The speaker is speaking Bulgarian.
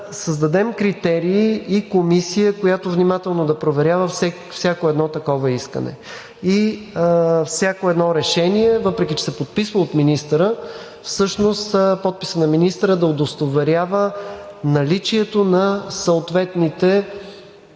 създадем критерии и комисия, която внимателно да проверява всяко едно искане и всяко едно решение, въпреки че се подписва от министъра, всъщност подписът на министъра е да удостоверява наличието на съответните